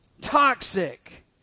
Toxic